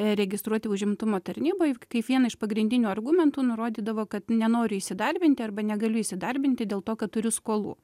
registruoti užimtumo tarnyboj kaip vieną iš pagrindinių argumentų nurodydavo kad nenoriu įsidarbinti arba negaliu įsidarbinti dėl to kad turiu skolų